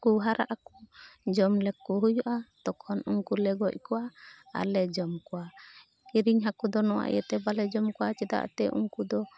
ᱦᱟᱨᱟᱜ ᱟᱠᱚ ᱡᱚᱢ ᱨᱮᱠᱚ ᱦᱩᱭᱩᱜᱼᱟ ᱛᱚᱠᱷᱚᱱ ᱩᱱᱠᱩ ᱞᱮ ᱜᱚᱡ ᱠᱚᱣᱟ ᱟᱨᱞᱮ ᱡᱚᱢ ᱠᱚᱣᱟ ᱠᱤᱨᱤᱧ ᱦᱟᱹᱠᱩ ᱫᱚ ᱱᱚᱣᱟ ᱤᱭᱟᱹᱛᱮ ᱵᱟᱞᱮ ᱡᱚᱢ ᱠᱚᱣᱟ ᱪᱮᱫᱟᱜ ᱮᱱᱛᱮᱫ ᱩᱱᱠᱩ ᱫᱚ